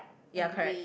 ya correct